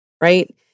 right